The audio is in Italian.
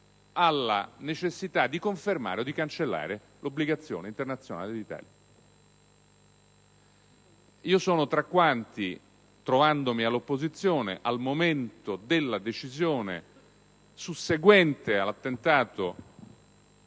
la necessità di confermare o cancellare l'obbligazione internazionale dell'Italia. Io sono tra quanti, trovandomi all'opposizione al momento della decisione susseguente all'attentato